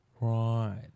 Right